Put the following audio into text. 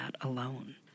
alone